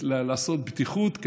בטיחות,